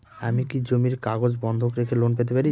আমি কি জমির কাগজ বন্ধক রেখে লোন পেতে পারি?